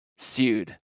sued